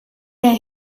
der